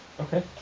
Okay